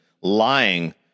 lying